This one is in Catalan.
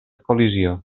col·lisió